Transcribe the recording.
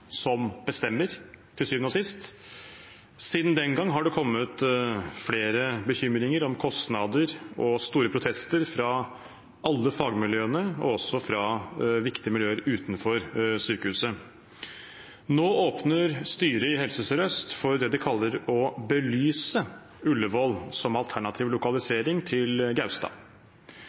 sist bestemmer. Siden den gang har det kommet flere bekymringer om kostnader og store protester fra alle fagmiljøene, også fra viktige miljøer utenfor sykehuset. Nå åpner styret i Helse Sør-Øst for det de kaller å belyse Ullevål som alternativ lokalisering til Gaustad.